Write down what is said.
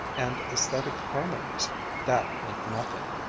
and aesthetic harmonies that meant nothing.